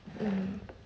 mm